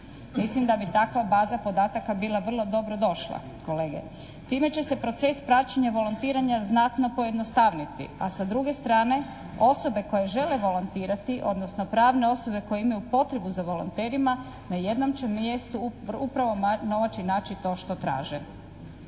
Mislim da bi takva baza podataka bila vrlo dobro došla kolege. Time će se proces praćenje volontiranja znatno pojednostavniti. A sa druge strane, osobe koje žele volontirati odnosno pravne osobe koje imaju potrebu za volonterima na jednom će mjestu upravo moći naći to što traže.